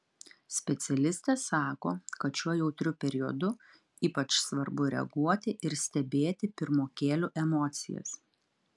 specialistė sako kad šiuo jautriu periodu ypač svarbu reaguoti ir stebėti pirmokėlių emocijas